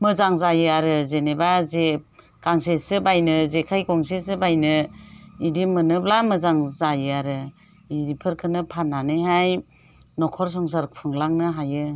मोजां जायो आरो जेनेबा जे गांसेसो बायनो जेखाइ गंसेसो बायनो बिदि मोनोब्ला मोजां जायो आरो बेफोरखौनो फान्नानैहाय न'खर संसार खुंलांनो हायो